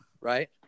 Right